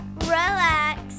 relax